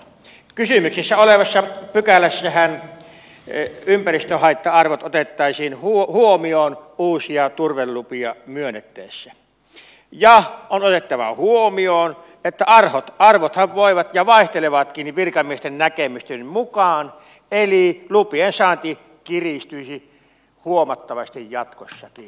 kysymyksessä olevassa pykälässähän ympäristöhaitta arvot otettaisiin huomioon uusia turvelupia myönnettäessä ja on otettava huomioon että arvothan voivat vaihdella ja vaihtelevatkin virkamiesten näkemysten mukaan eli lupien saanti kiristyisi huomattavasti jatkossakin